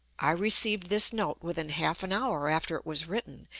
i received this note within half an hour after it was written,